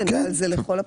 כן, זה לכל הפחות.